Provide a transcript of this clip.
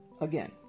again